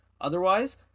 Otherwise